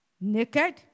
naked